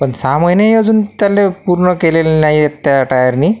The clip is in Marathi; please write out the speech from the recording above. पन सहा महिनेही अजून त्याले पूर्ण केलेले नाहीयेत त्या टायरनी